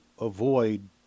avoid